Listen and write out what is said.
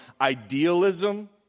idealism